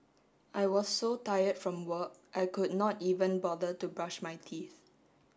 I was so tired from work I could not even bother to brush my teeth